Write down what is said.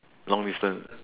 long distance